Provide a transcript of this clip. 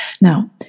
Now